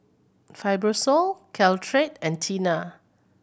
Fibrosol Caltrate and Tena